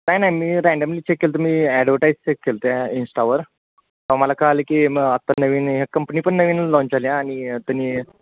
नाही नाही मी रॅन्डमली चेक केलं होतं मी ॲडव्हर्टाईज चेक केलं होते इन्स्टावर मग मला कळलं की मग आत्ताच नवीन हे कंपनी पण नवीनच लॉन्च झाली आहे आणि तनी